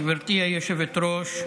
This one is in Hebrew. גברתי היושבת-ראש,